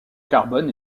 carbone